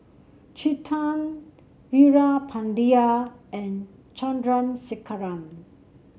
Chetan Veerapandiya and Chandrasekaran